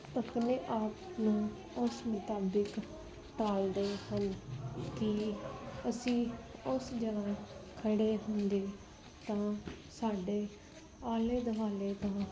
ਆਪਣੇ ਆਪ ਨੂੰ ਉਸ ਮੁਤਾਬਿਕ ਤਾਲ ਦੇ ਹਨ ਕਿ ਅਸੀਂ ਉਸ ਜਗ੍ਹਾ ਖੜ੍ਹੇ ਹੁੰਦੇ ਤਾਂ ਸਾਡੇ ਆਲੇ ਦੁਆਲੇ ਤੋਂ